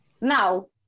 now